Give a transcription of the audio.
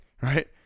Right